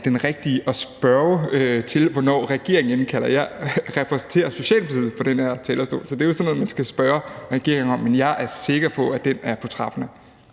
jeg er den rigtige at spørge om, hvornår regeringen indkalder. Jeg repræsenterer Socialdemokratiet fra den her talerstol, så det er jo noget, man skal spørge regeringen om. Men jeg er sikker på, at indkaldelsen er på trapperne.